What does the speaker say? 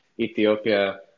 Ethiopia